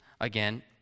again